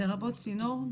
לרבות צינור,